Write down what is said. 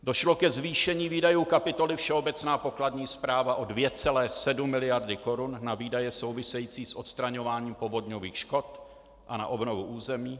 Došlo ke zvýšení výdajů kapitoly Všeobecná pokladní správa o 2,7 mld. korun na výdaje související s odstraňováním povodňových škod a na obnovu území.